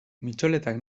mitxoletak